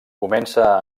comença